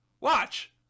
Watch